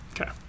Okay